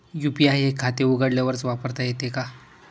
UPI हे खाते उघडल्यावरच वापरता येते का?